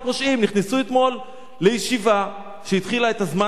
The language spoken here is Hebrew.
נכנסו אתמול לישיבה שהתחילה את ה"זמן" בישיבה